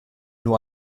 nur